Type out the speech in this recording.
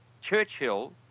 Churchill